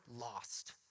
Lost